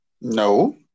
No